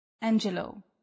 Angelo